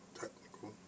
Technical